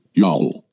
y'all